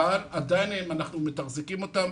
אבל עדיין אנחנו מתחזקים אותם,